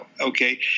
Okay